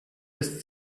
ist